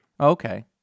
Okay